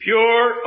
pure